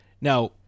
Now